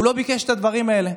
הוא לא ביקש את הדברים האלה.